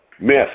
Myth